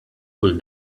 kull